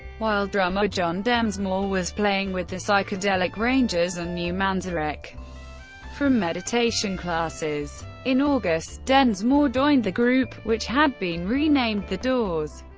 while drummer john densmore was playing with the psychedelic rangers and knew manzarek from meditation classes. in august, densmore joined the group, which had been renamed the doors,